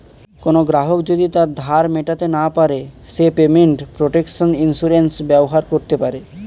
কোনো গ্রাহক যদি তার ধার মেটাতে না পারে সে পেমেন্ট প্রটেকশন ইন্সুরেন্স ব্যবহার করতে পারে